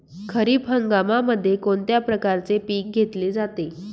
खरीप हंगामामध्ये कोणत्या प्रकारचे पीक घेतले जाते?